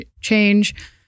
change